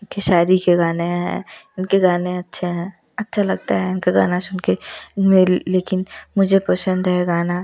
उनकी शादी के गाने हैं उनके गाने अच्छे हैं अच्छा लगता है उनका गाना सुन कर मैं लेकिन मुझे पसंद है गाना